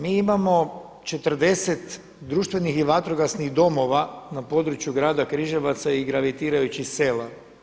Mi imamo 40 društvenih i vatrogasnih domova na području Grada Križevaca i gravitirajućih sela.